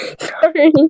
Sorry